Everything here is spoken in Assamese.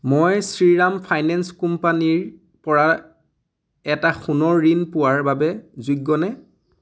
মই শ্ৰীৰাম ফাইনেন্স কোম্পানীৰ পৰা এটা সোণৰ ঋণ পোৱাৰ বাবে যোগ্যনে